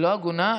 לא הגונה?